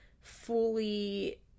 fully